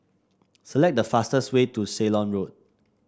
select the fastest way to Ceylon Road